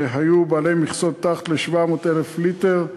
שהיו בעלי מכסות מתחת ל-700,000 ליטר,